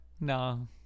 no